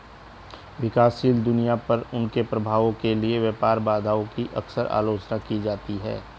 विकासशील दुनिया पर उनके प्रभाव के लिए व्यापार बाधाओं की अक्सर आलोचना की जाती है